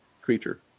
creature